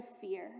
fear